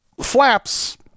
flaps